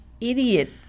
idiot